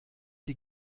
sie